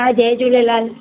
हा जय झूलेलाल